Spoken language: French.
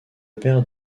père